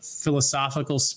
philosophical